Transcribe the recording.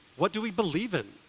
what do we believe in?